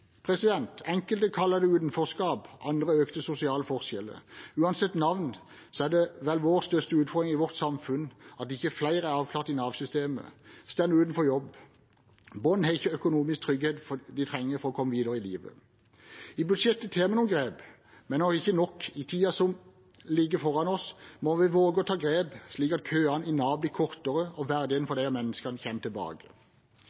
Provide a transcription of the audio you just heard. utenforskap, andre økte sosiale forskjeller. Uansett navn er en av de største utfordringene i vårt samfunn at ikke flere er avklart i Nav-systemet og står utenfor jobb. Barn har ikke den økonomiske tryggheten de trenger for å komme videre i livet. I budsjettet tar vi noen grep, men det er ikke nok. I tiden som ligger foran oss, må vi våge å ta grep, slik at køene i Nav blir kortere og